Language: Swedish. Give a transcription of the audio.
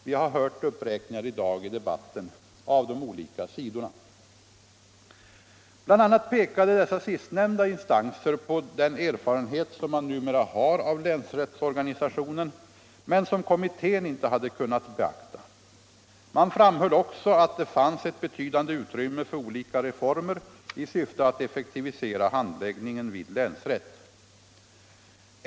Vi har under debatten i dag hört uppräkningar av de olika sidorna. Bl. a. pekade dessa sistnämnda instanser på den erfarenhet som man numera har av länsrättsorganisationen men som kommittén inte hade kunnat beakta. Man framhöll också att det fanns ett betydande utrymme för olika reformer i syfte att effektivisera handläggningen vid länsrätt.